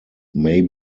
may